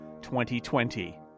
2020